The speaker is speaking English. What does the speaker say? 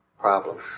problems